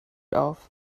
auf